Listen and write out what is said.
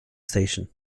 station